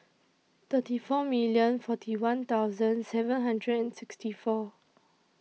three four million forty one thousand seven hundred and sixty four